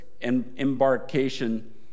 embarkation